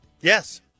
yes